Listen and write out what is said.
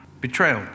betrayal